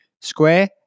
square